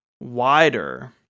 wider